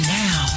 now